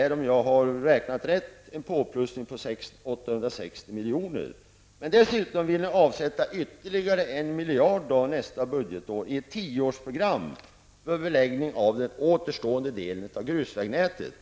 För centerns del innebär detta en ökning med 860 milj.kr., men dessutom vill ni avsätta ytterligare 1 miljard nästa budgetår i ett tioårsprogram för beläggning av den återstående delen av grusvägnätet.